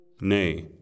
Nay